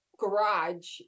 garage